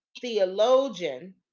theologian